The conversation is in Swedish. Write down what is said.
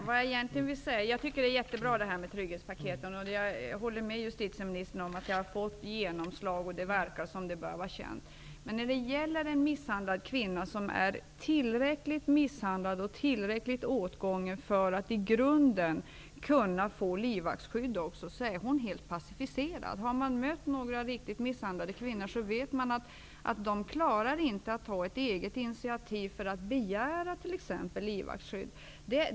Fru talman! Jag tycker att trygghetspaketen är bra. Jag håller med justitieministern om att de har fått genomslag och att det verkar som om de är kända. Men en kvinna som är tillräckligt misshandlad och tillräckligt åtgången för att i grunden kunna få livvaktsskydd, är helt passiviserad. Om man har mött några riktigt misshandlade kvinnor, vet man att de inte klarar att ta ett eget initiativ för att begära t.ex. livvaktsskydd.